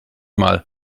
mal